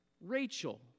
Rachel